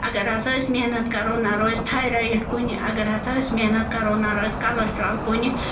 اگر ہسا أسۍ محنت کَرَو نہ روزِ تھایرایِڈ کُنہِ اگر ہسا أسۍ محنت کَرَو نہ روزِ کَلَسٹرٛال کُنہِ